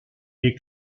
est